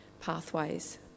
pathways